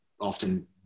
often